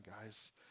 guys